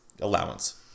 allowance